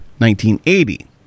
1980